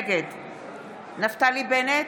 נגד נפתלי בנט,